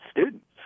students